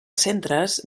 centres